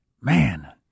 man